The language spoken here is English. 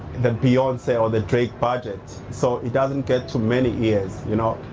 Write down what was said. that beyonce or the drake budget. so, it doesn't get to many ears, you know.